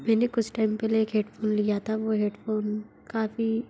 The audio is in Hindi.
मैंने कुछ टाइम पहल एक हेडफ़ोन लिया था वह हेडफ़ोन काफ़ी